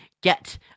get